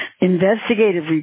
investigative